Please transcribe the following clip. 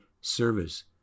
service